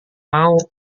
mau